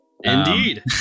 Indeed